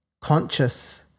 conscious